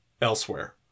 elsewhere